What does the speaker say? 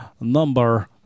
number